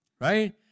right